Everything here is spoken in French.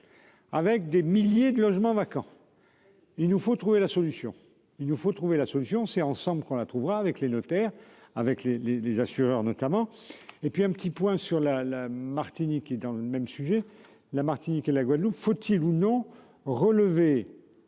Avec des milliers de logements vacants. Il nous faut trouver la solution, il nous faut trouver la solution, c'est ensemble qu'on la trouvera avec les notaires avec les les les assureurs notamment et puis un petit point sur la, la Martinique et dans le même sujet. La Martinique et la Guadeloupe, faut-il ou non relever